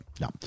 no